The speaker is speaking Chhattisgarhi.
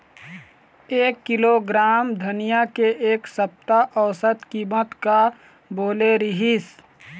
एक किलोग्राम धनिया के एक सप्ता औसत कीमत का बोले रीहिस?